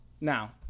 now